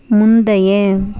முந்தைய